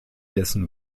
dessen